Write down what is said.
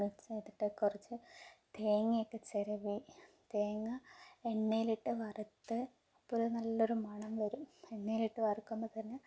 mix ചെയ്തിട്ട് കുറച്ച് തേങ്ങ ഒക്കെ ചിരകി തേങ്ങ എണ്ണയിൽ ഇട്ട് വറുത്ത് അപ്പോൾ ഒരു നല്ലൊരു മണം വരും എണ്ണയിൽ ഇട്ട് വറുക്കുമ്പോൾതന്നെ